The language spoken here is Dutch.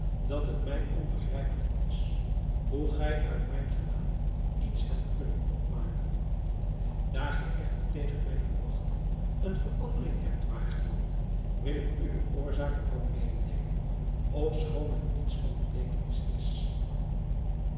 dat het mij onbegrijpelijk is hoe gij uit mijn gelaat iets hebt kunnen opmaken daar gij echter tegen mijn verwachting een verandering hebt waargenomen wil ik u de oorzaak ervan meedeelen ofschoon het niets van beteekenis is